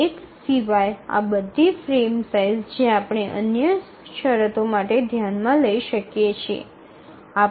૧ સિવાય આ બધી ફ્રેમ સાઇઝ જે આપણે અન્ય શરતો માટે ધ્યાનમાં લઈ શકીએ છીએ